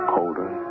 Colder